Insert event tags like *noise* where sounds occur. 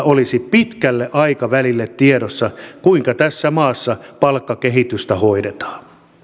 *unintelligible* olisi pitkälle aikavälille tiedossa kuinka tässä maassa palkkakehitystä hoidetaan